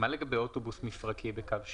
מה לגבי אוטובוס מפרקי בקו שירות?